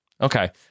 Okay